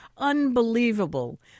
unbelievable